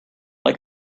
like